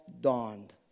dawned